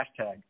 hashtag